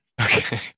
Okay